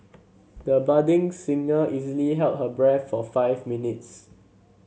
the budding singer easily held her breath for five minutes